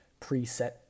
preset